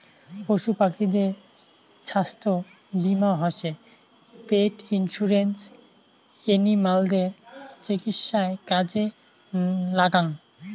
পশু পাখিদের ছাস্থ্য বীমা হসে পেট ইন্সুরেন্স এনিমালদের চিকিৎসায় কাজে লাগ্যাঙ